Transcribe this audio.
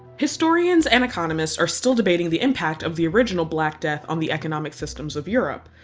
historians and economists are still debating the impact of the original black death on the economic systems of europe.